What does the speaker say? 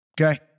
okay